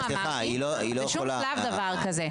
אני לא אמרתי שום דבר כזה.